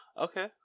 Okay